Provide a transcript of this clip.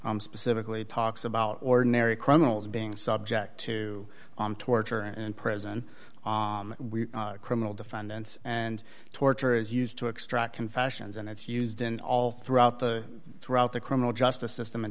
specifically talks about ordinary criminals being subject to torture and prison criminal defendants and torture is used to extract confessions and it's used in all throughout the throughout the criminal justice system in